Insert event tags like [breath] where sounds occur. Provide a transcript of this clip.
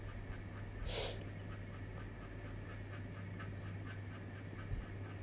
[breath]